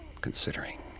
considering